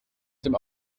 dem